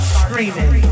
screaming